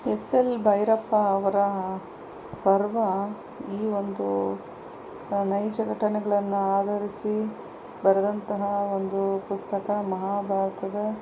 S L Bhyrappa ಅವರ ಪರ್ವ ಈ ಒಂದು ನೈಜ ಘಟನೆಗಳನ್ನು ಆಧರಿಸಿ ಬರೆದಂತಹ ಒಂದು ಪುಸ್ತಕ ಮಹಾಭಾರತದ